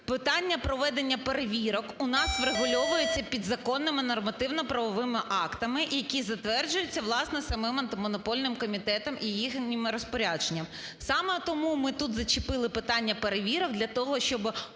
питання проведення перевірок у нас врегульовується підзаконними нормативно-правовими актами, які затверджуються, власне, самим Антимонопольним комітетом і їхнім розпорядженням. Саме тому ми тут зачепили питання перевірок – для того, щоб